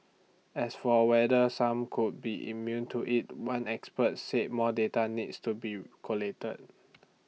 as for whether some could be immune to IT one expert said more data needs to be collated